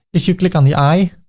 if you click on the eye,